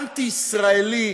אנטי-ישראלי.